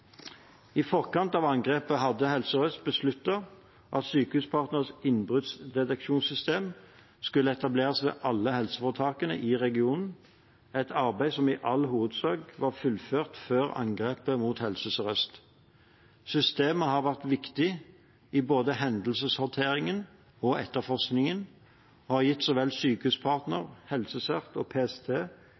I forkant av angrepet hadde Helse Sør-Øst besluttet at Sykehuspartners innbruddsdeteksjonssystem skulle etableres ved alle helseforetakene i regionen, et arbeid som i all hovedsak var fullført før angrepet mot Helse Sør-Øst. Systemet har vært viktig i både hendelseshåndteringen og etterforskningen, og har gitt så vel Sykehuspartner, HelseCERT og PST